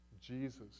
Jesus